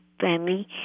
family